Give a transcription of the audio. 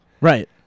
Right